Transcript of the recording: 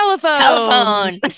Telephone